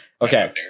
Okay